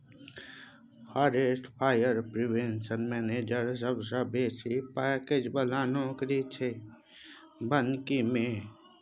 forest fire prevention manager सबसँ बेसी package बला नौकरी छै बानिकी मे